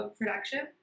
production